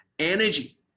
energy